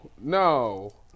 No